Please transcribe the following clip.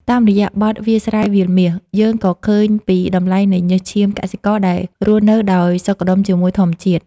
តាមរយៈបទ «វាលស្រែវាលមាស» យើងក៏ឃើញពីតម្លៃនៃញើសឈាមកសិករដែលរស់នៅដោយសុខដុមជាមួយធម្មជាតិ។